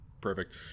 Perfect